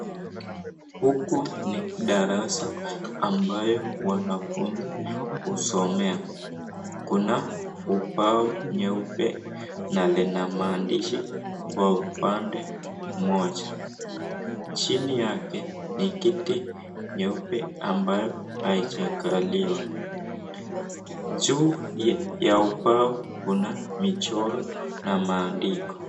Huku ni darasa ambayo wanafunzi husomea. Kuna upau nyeupe na lina maandishi kwa upande mmoja. Chini yake ni kiti nyeupe ambayo haijakaliwa. Juu ya upau kuna michoro na maandiko.